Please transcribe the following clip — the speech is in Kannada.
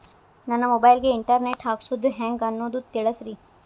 ನನ್ನ ಮೊಬೈಲ್ ಗೆ ಇಂಟರ್ ನೆಟ್ ಹಾಕ್ಸೋದು ಹೆಂಗ್ ಅನ್ನೋದು ತಿಳಸ್ರಿ